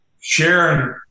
Sharing